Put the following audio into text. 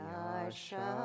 Yasha